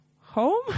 home